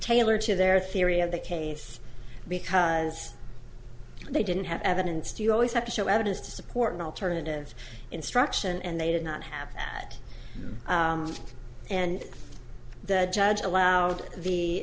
taylor to their theory of the case because they didn't have evidence do you always have to show evidence to support an alternative instruction and they did not have that and the judge allowed the